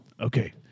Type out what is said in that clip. okay